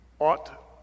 ought